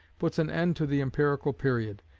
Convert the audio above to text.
puts an end to the empirical period,